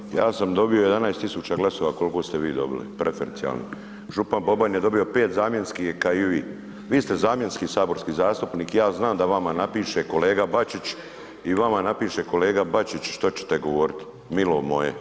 Milo moje, ja sam dobio 11.000 glasova, koliko ste vi dobili preferencijalnih, župan Boban je dobio 5 zamjenski je ka i vi, vi ste zamjenski saborski zastupnik, ja znam da vama napiše kolega Bačić i vama napiše kolega Bačić što ćete govoriti, milo moje, budite